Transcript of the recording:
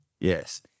yes